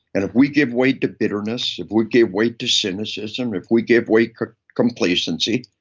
and if we give way to bitterness if we give way to cynicism, if we give way to complacency,